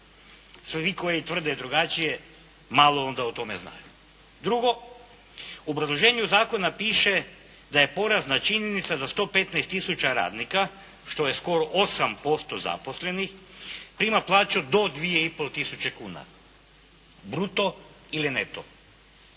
Svi koji tvrde drugačije malo onda o tome znaju. Drugo, u obrazloženju zakona čine da je porazna činjenica da 115 tisuća radnika što je skoro 8% zaposlenih prima plaću do 2,5 tisuće kuna bruto ili neto.